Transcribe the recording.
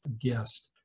guest